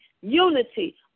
unity